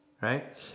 right